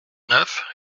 neuf